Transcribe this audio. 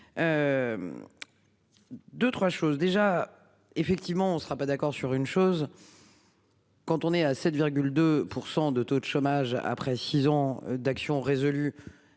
2 3 choses déjà, effectivement, on ne sera pas d'accord sur une chose. Quand on est à 7,2% de taux de chômage après 6 ans d'action résolue.